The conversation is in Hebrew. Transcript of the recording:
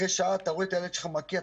אחרי שעה אתה רואה את הילד שלך מקיא,